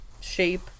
shape